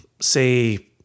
say